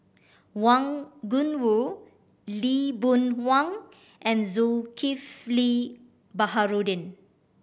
Wang Gungwu Lee Boon Wang and Zulkifli Baharudin